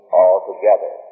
altogether